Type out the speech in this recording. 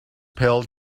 pill